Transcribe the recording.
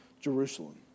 Jerusalem